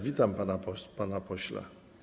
Witam pana, panie pośle.